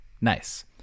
Nice